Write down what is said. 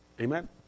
Amen